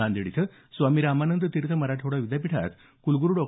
नांदेड इथं स्वामी रामानंद तीर्थ मराठवाडा विद्यापीठात कुलगुरू डॉ